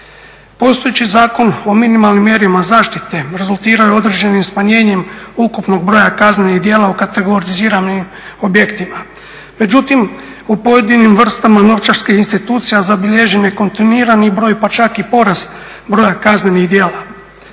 Postojeći Zakon o minimalnim mjerama zaštite rezultirao je određenim smanjenjem ukupnog broja kaznenih djela u kategoriziranim objektima, međutim u pojedinim vrstama novčarskih institucija zabilježen je kontinuirani broj pa čak i porast broja kaznenih djela.